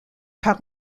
par